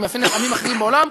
והיא מאפיינת עמים אחרים בעולם,